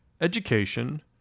education